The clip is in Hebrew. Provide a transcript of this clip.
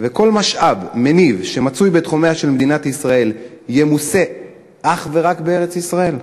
וכל משאב מניב שמצוי בתחומיה של מדינת ישראל ימוסה אך ורק בארץ-ישראל?